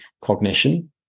cognition